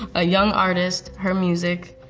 a young artist, her music,